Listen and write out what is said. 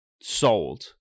sold